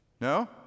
No